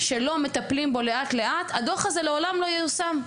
שלא מטפלים בו לאט-לאט הדו"ח הזה לעולם לא ייושם.